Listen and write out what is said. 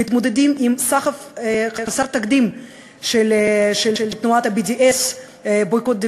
מתמודדים עם סחף חסר תקדים של תנועת Boycott,